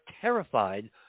terrified